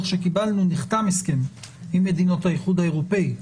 שקיבלנו נחתם הסכם עם מדינות האיחוד האירופאי.